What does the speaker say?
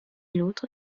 l’autre